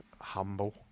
humble